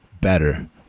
better